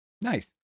Nice